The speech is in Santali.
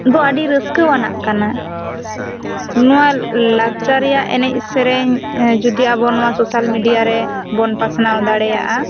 ᱫᱚ ᱟᱹᱰᱤ ᱨᱟᱹᱥᱠᱟᱹ ᱣᱟᱱᱟᱜ ᱠᱟᱱᱟ ᱱᱚᱣᱟ ᱞᱟᱠᱪᱟᱨ ᱨᱮᱭᱟᱜ ᱮᱱᱮᱡ ᱥᱮᱨᱮᱧ ᱡᱩᱫᱤ ᱟᱵᱚ ᱱᱚᱣᱟ ᱥᱚᱥᱟᱞ ᱢᱤᱰᱤᱭᱟ ᱨᱮ ᱵᱚᱱ ᱯᱟᱥᱱᱟᱣ ᱫᱟᱲᱮᱭᱟᱜᱼᱟ